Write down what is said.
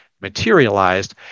materialized